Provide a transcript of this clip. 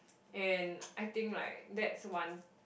and I think like that's one